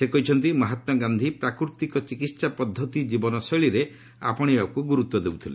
ସେ କହିଛନ୍ତି ମହାତ୍ମାଗାନ୍ଧି ପ୍ରାକୃତିକ ଚିକିତ୍ସା ପଦ୍ଧତି କୀବନଶୈଳୀରେ ଆପଶେଇବାକୁ ଗୁରୁତ୍ୱ ଦେଉଥିଲେ